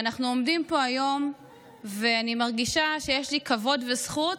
ואנחנו עומדים פה היום ואני מרגישה שיש לי כבוד וזכות